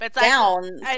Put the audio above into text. down